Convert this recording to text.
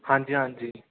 ਹਾਂਜੀ ਹਾਂਜੀ